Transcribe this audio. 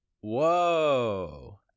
Whoa